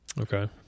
Okay